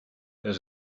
there